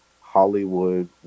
Hollywood